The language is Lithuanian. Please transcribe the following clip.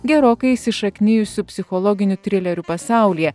gerokai įsišaknijusių psichologinių trilerių pasaulyje